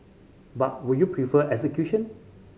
but would you prefer execution